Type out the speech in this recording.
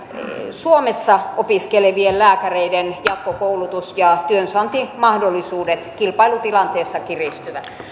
suomessa opiskelevien lääkäreiden jatkokoulutus ja työnsaantimahdollisuudet kilpailutilanteessa kiristyvät